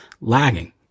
lagging